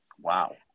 Wow